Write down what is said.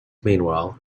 meanwhile